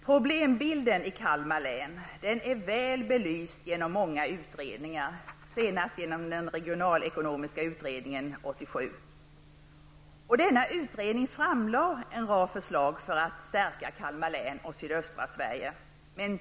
Problembilden i Kalmar län är väl belyst genom många utredningar, senast genom den regionalekonomiska utredningen 1987. Denna utredning framlade en rad förslag för att stärka Kalmar län och sydöstra Sverige.